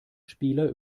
spieler